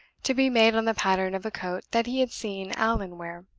to be made on the pattern of a coat that he had seen allan wear.